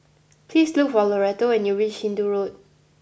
please look for Loretto and you reach Hindoo Road